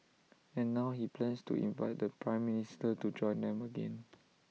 and now he plans to invite the Prime Minister to join them again